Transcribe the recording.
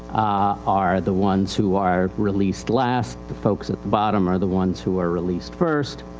are the ones who are released last. the folks at the bottom are the ones who are released first.